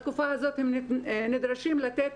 בתקופה הזאת הם נדרשים לתת